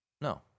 No